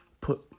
put